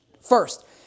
First